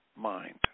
mind